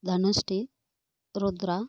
Dhanushree Rudra